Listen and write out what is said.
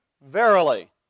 verily